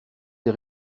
des